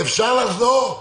אז תנמקי גם את שלו.